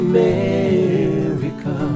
America